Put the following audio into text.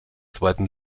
zweiten